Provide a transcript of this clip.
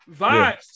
vibes